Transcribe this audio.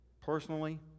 personally